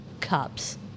cups